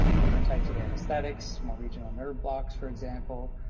different types of anesthetics, more regional nerve blocks, for example,